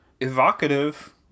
evocative